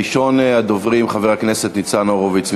ראשון הדוברים, חבר הכנסת ניצן הורוביץ ממרצ.